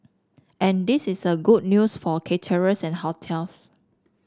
and this is a good news for caterers and hotels